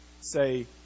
say